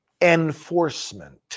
enforcement